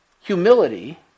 humility